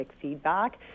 feedback